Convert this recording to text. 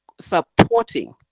supporting